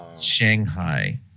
Shanghai